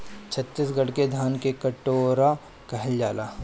छतीसगढ़ के धान के कटोरा कहल जाला